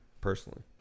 Personally